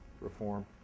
reform